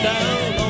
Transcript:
Down